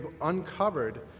uncovered